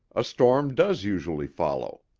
a storm does usually follow.